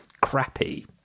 crappy